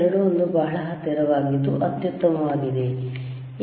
21 ಬಹಳ ಹತ್ತಿರವಾಗಿದ್ದು ಅತ್ಯುತ್ತಮವಾಗಿದೆ